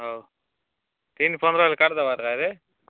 ହଉ ତିନ୍ ପନ୍ଦର କେ କାଟ୍ ଦେବାଟା କିରେ